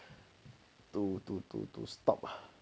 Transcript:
to to to stop